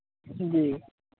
जी